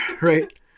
Right